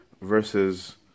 versus